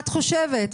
את חושבת,